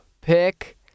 pick